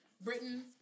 Britain